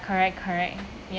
correct correct ya